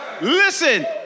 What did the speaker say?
Listen